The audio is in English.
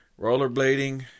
rollerblading